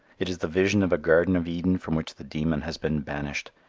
it is the vision of a garden of eden from which the demon has been banished.